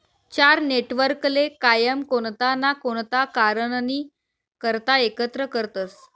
चार नेटवर्कले कायम कोणता ना कोणता कारणनी करता एकत्र करतसं